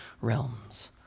realms